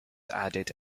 added